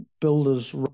builders